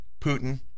Putin